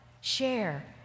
Share